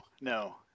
No